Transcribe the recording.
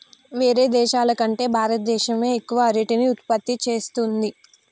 వేరే దేశాల కంటే భారత దేశమే ఎక్కువ అరటిని ఉత్పత్తి చేస్తంది